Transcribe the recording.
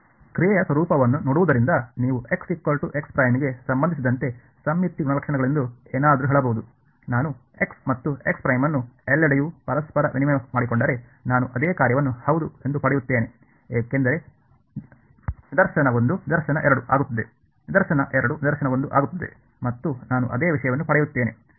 ಕ್ರಿಯೆಯ ಸ್ವರೂಪವನ್ನು ನೋಡುವುದರಿಂದ ನೀವು ಗೆ ಸಂಬಂಧಿಸಿದಂತೆ ಸಮ್ಮಿತಿ ಗುಣಲಕ್ಷಣಗಳೆಂದು ಏನಾದರೂ ಹೇಳಬಹುದು ನಾನು x ಮತ್ತು ಅನ್ನು ಎಲ್ಲೆಡೆಯೂ ಪರಸ್ಪರ ವಿನಿಮಯ ಮಾಡಿಕೊಂಡರೆ ನಾನು ಅದೇ ಕಾರ್ಯವನ್ನು ಹೌದು ಎಂದು ಪಡೆಯುತ್ತೇನೆ ಏಕೆಂದರೆ ನಿದರ್ಶನ 1 ನಿದರ್ಶನ 2 ಆಗುತ್ತದೆ ನಿದರ್ಶನ 2 ನಿದರ್ಶನ 1 ಆಗುತ್ತದೆ ಮತ್ತು ನಾನು ಅದೇ ವಿಷಯವನ್ನು ಪಡೆಯುತ್ತೇನೆ